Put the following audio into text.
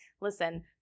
listen